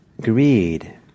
greed